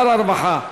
שר הרווחה,